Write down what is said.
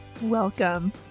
Welcome